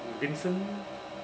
with vincent